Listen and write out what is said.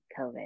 COVID